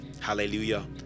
Hallelujah